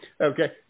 Okay